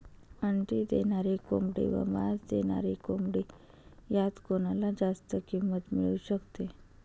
अंडी देणारी कोंबडी व मांस देणारी कोंबडी यात कोणाला जास्त किंमत मिळू शकते?